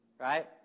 right